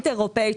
אירופאית.